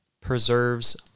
preserves